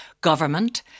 government